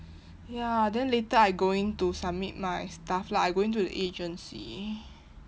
ya then later I going to submit my stuff lah I going to the agency